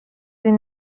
این